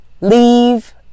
leave